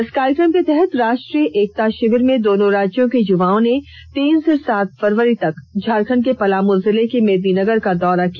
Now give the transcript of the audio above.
इस कार्यक्रम के तहत राष्ट्रीय एकता षिविर में दोनों राज्यों के युवाओं ने तीन से सात फरवरी तक झारखंड के पलामू जिले के मेदिनीनगर का दौरा किया